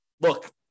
look